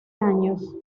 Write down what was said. años